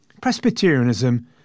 Presbyterianism